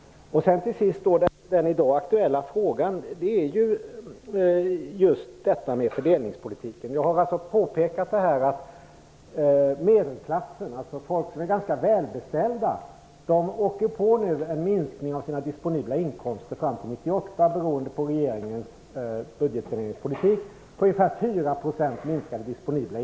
Till sist till den i dag aktuella frågan om fördelningspolitiken. Vi har påpekat att medelklassen, dvs. människor som är ganska välbeställda, nu åker på en minskning av sina disponibla inkomster på ca 4 % fram till 1998 beroende på regeringens budgetsaneringspolitik.